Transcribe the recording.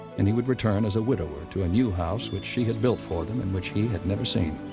and he would return as a widower to a new house which she had built for them and which he had never seen.